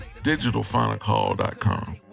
digitalfinalcall.com